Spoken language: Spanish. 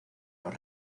los